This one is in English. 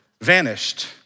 vanished